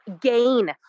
gain